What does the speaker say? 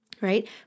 Right